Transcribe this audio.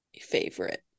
favorite